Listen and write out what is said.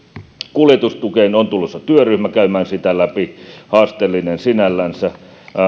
kuljetustukeen on tulossa työryhmä käymään sitä läpi haasteellinen sinällänsä